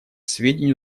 сведению